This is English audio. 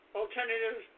alternative